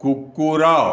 କୁକୁର